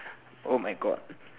oh my god